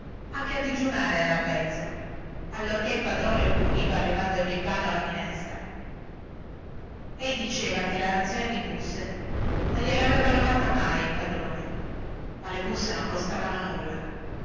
anche a digiunare era avvezzo allorchè il padrone lo puniva levandogli il pane o la minestra ei diceva che la razione di busse non gliela aveva levata mai il padrone ma le busse non costavano nulla